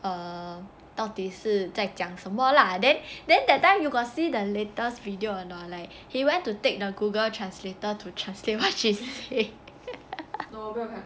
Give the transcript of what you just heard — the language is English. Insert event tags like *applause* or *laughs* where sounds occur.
uh 到底是在讲什么 lah then then that time you got see the latest video or not like he went to take the Google translator to translate what she say *laughs*